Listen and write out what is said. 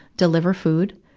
deliver food,